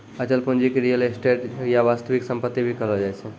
अचल पूंजी के रीयल एस्टेट या वास्तविक सम्पत्ति भी कहलो जाय छै